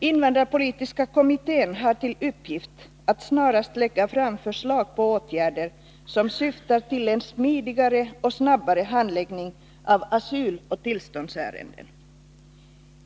Invandrarpolitiska kommittén har till uppgift att snarast lägga fram förslag till åtgärder som syftar till en smidigare och snabbare handläggning av asyloch tillståndsärenden.